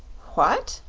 what!